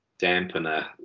dampener